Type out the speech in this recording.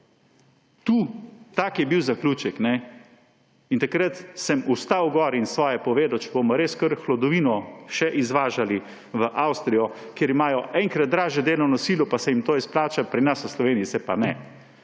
Tak je bil zaključek. In takrat sem vstal in svoje povedal, če bomo res hlodovino še izvažali v Avstrijo, kjer imajo enkrat dražjo delovno silo, pa se jim to izplača, pri nas v Sloveniji se pa ne.